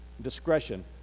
discretion